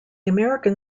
american